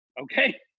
okay